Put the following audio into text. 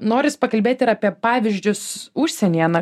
noris pakalbėt ir apie pavyzdžius užsienyje na